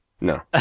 No